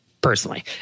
personally